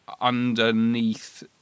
underneath